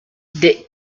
the